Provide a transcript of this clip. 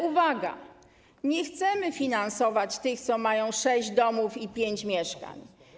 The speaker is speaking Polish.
Uwaga, nie chcemy finansować tych, co mają sześć domów i pięć mieszkań.